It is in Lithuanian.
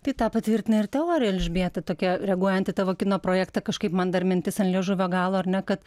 tai tą patvirtina ir teorija elžbieta tokia reaguojant į tavo kino projektą kažkaip man dar mintis ant liežuvio galo ar ne kad